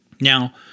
Now